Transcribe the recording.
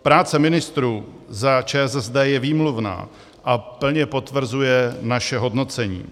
Práce ministrů za ČSSD je výmluvná a plně potvrzuje naše hodnocení.